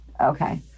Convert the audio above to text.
okay